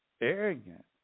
arrogant